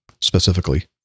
specifically